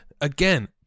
again